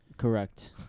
Correct